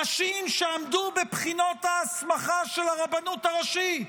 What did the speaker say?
נשים שעמדו בבחינות ההסמכה של הרבנות הראשית,